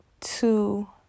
two